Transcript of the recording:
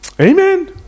Amen